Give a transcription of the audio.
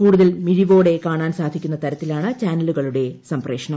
കൂടുതൽ മിഴിവോടെ കാണാൻ സാധിക്കുന്ന തരത്തിലാണ് ചാനലുകളുടെ സംപ്രേഷണം